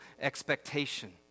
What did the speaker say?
expectation